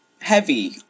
heavy